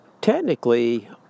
Technically